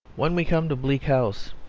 when we come to bleak house,